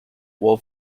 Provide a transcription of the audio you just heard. while